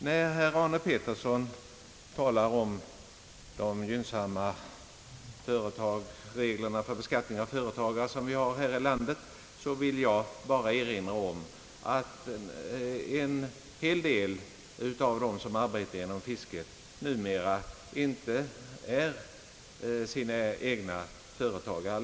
När herr Arne Pettersson talar om de gynnsamma reglerna för beskattning av företagare här i landet vill jag bara erinra om att en hel del av dem som arbetar inom fisket numera inte längre är egna företagare.